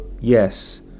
yes